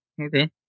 Okay